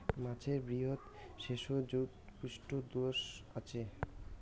মাছের বৃহৎ শ্লেষ্মাযুত পৃষ্ঠদ্যাশ আচে